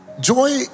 Joy